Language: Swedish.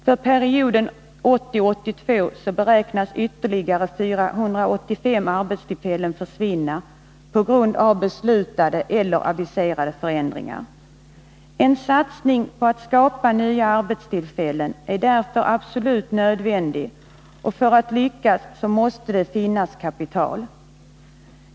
För perioden 1980-1982 beräknas ytterligare 485 arbetstillfällen försvinna på grund av beslutade eller aviserade förändringar. En satsning på att skapa nya arbetstillfällen är därför absolut nödvändig. För att en sådan skall lyckas måste det finnas kapital.